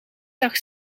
zag